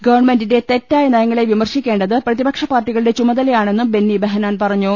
ഗവൺമെന്റിന്റെ തെറ്റായ നയങ്ങളെ വിമർശിക്കേണ്ടത് പ്രതിപക്ഷി പാർട്ടികളുടെ ചുമതലയാണെന്നും ബെന്നി ബെഹ്നാൻ പറഞ്ഞു